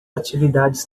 atividades